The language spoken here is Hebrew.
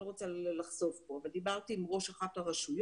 אני לא רוצה לחשוף פה אבל דיברתי עם ראש אחת הרשויות